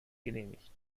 genehmigt